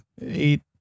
eight